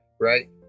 right